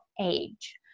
age